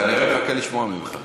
אתה מציע, הוא כנראה מחכה לשמוע ממך.